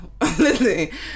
listen